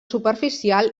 superficial